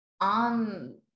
on